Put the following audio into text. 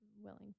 willing